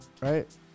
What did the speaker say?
Right